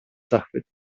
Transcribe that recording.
zachwytu